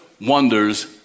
wonders